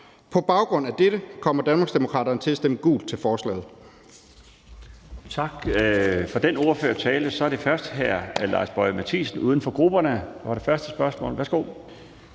På baggrund af dette kommer Danmarksdemokraterne til at stemme gult til forslaget.